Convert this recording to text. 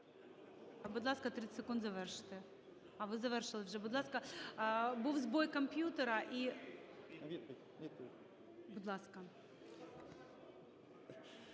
Будь ласка, 30 секунд, завершуйте. А, ви завершили вже. Будь ласка, був збій комп'ютера і… Будь ласка.